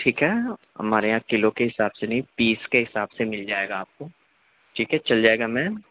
ٹھیک ہے ہمارے یہاں کلو کے حساب سے نہیں پیس کے حساب سے مِل جائے گا آپ کو ٹھیک ہے چل جائے گا میم